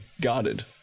guarded